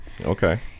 Okay